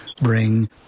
bring